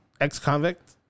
ex-convict